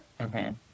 Okay